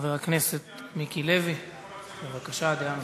חבר הכנסת מיקי לוי, בבקשה, דעה נוספת.